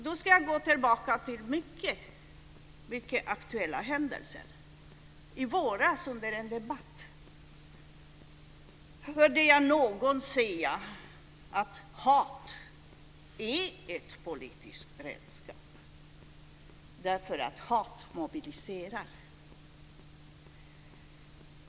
Då ska jag gå tillbaka till mycket aktuella händelser. I våras under en debatt hörde jag någon säga att hat är ett politiskt redskap därför att hat mobiliserar.